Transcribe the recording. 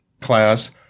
class